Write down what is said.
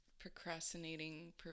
procrastinating